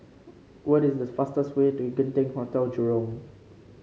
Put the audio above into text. what is the fastest way to Genting Hotel Jurong